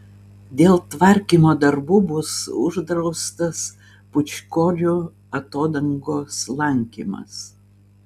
dėl tvarkymo darbų bus uždraustas pūčkorių atodangos lankymas